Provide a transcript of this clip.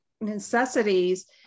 necessities